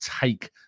take